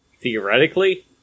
theoretically